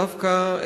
דווקא,